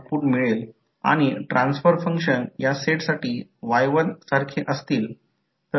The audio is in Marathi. तर हे मी येथे आठवणीसाठी लिहिले आहे की इंडक्टर्स DC सर्किटसाठी शॉर्ट सर्किटसारखे कार्य करतात